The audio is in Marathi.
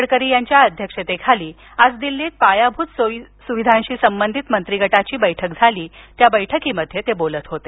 गडकरी यांच्या अध्यक्षतेखाली आज दिल्लीत पायाभुत सोयिसुविधांशी संबंधित मंत्रीगटाची बैठक झाली या बैठकित ते बोलत होते